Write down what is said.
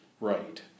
Right